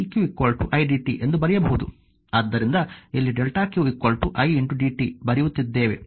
ಆದ್ದರಿಂದ ಇಲ್ಲಿ delta q i dt ಬರೆಯುತ್ತಿದ್ದೇವೆ